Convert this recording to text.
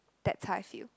that's how I feel